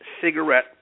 cigarette